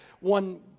one